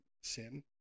sin